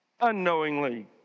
unknowingly